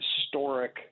historic